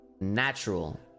natural